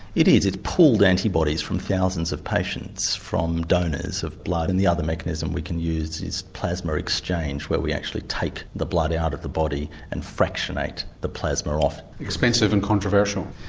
it is. it's pooled antibodies from thousands of patients from donors of blood. and the other mechanism we can use is plasma exchange, where we actually take the blood out of the body and fractionate the plasma off. expensive and controversial?